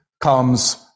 comes